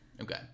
okay